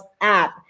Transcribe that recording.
app